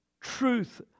truth